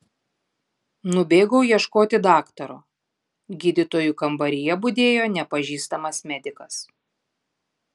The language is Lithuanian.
nubėgau ieškoti daktaro gydytojų kambaryje budėjo nepažįstamas medikas